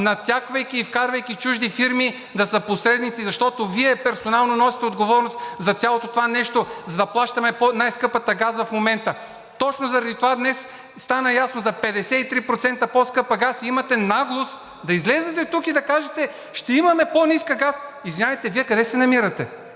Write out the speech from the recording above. натяквайки и вкарвайки чужди фирми да са посредници, защото Вие персонално носите отговорност за цялото това нещо, за да плащаме най-скъпия газ в момента. Точно заради това днес стана ясно за 53% по-скъп газ и имате наглост да излезете тук и да кажете – ще имаме по-ниска цена на газа. Извинявайте, Вие къде се намирате?